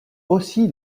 aussi